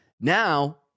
now